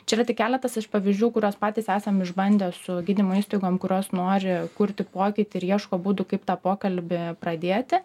čia yra tik keletas iš pavyzdžių kuriuos patys esam išbandę su gydymo įstaigom kurios nori kurti pokytį ir ieško būdų kaip tą pokalbį pradėti